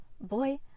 boy